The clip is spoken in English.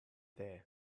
there